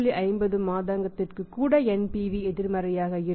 50 மாதத்திற்குகூட NPV எதிர்மறையாக இருக்கும்